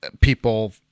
people